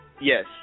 yes